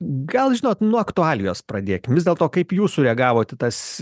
gal žinot nuo aktualijos pradėkim vis dėlto kaip jūs sureagavot į tas